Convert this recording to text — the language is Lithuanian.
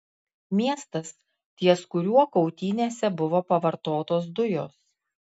miestas ties kuriuo kautynėse buvo pavartotos dujos